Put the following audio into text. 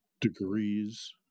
degrees